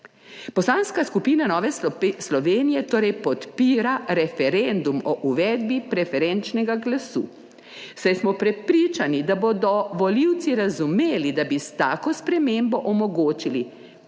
Poslanska skupina Nove Slovenije torej podpira referendum o uvedbi preferenčnega glasu, saj smo prepričani, da bodo volivci razumeli, da bi s tako spremembo omogočili prav njim